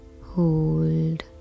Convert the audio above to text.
Hold